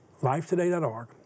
Lifetoday.org